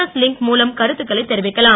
S link மூலம் கருத்துக்களை தெரிவிக்கலாம்